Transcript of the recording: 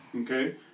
Okay